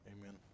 amen